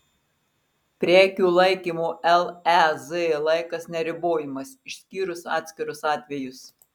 prekių laikymo lez laikas neribojamas išskyrus atskirus atvejus